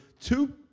Two